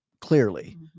clearly